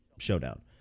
showdown